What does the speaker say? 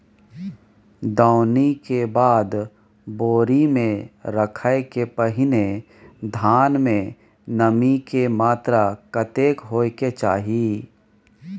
दौनी के बाद बोरी में रखय के पहिने धान में नमी के मात्रा कतेक होय के चाही?